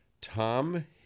Tom